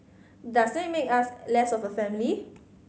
does that make us less of a family